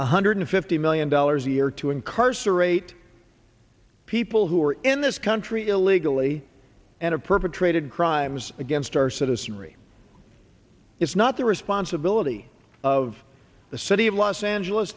one hundred fifty million dollars a year to incarcerate people who are in this country illegally and of perpetrated crimes against our citizenry it's not the responsibility of the city of los angeles